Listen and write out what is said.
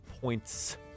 points